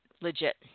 legit